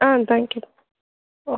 ah thank you okay